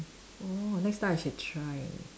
oh next time I should try